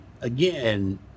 again